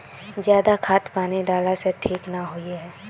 ज्यादा खाद पानी डाला से ठीक ना होए है?